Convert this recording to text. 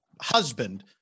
husband